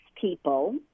people